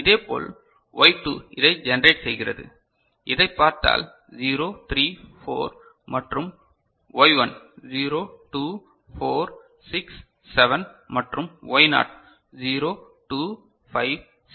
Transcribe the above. இதேபோல் Y2 இதை generate செய்கிறது இதை பார்த்தால் 0 3 4 மற்றும் 7 Y1 0 2 4 6 7 மற்றும் Y நாட் 0 2 5 6